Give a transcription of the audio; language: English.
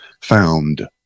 found